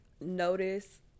notice